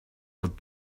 what